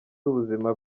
z’ubuzima